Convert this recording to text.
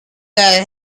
that